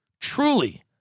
Truly